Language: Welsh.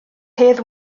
hedd